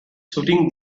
shooting